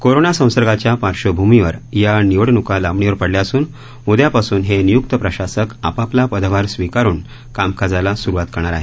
corona संसर्गाच्या पार्श्वभूमीवर या निवडण्का लांबणीवर पडल्या असून उद्यापासून हे नियुक्त प्रशासक आपापला पदभार स्वीकारुन कामकाजाला सुरुवात करणार आहेत